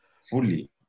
fully